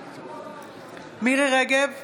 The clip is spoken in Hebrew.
נגד מירי מרים רגב,